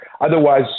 Otherwise